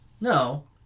No